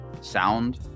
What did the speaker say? sound